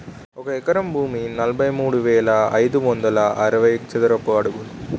ఒక ఎకరం భూమి నలభై మూడు వేల ఐదు వందల అరవై చదరపు అడుగులు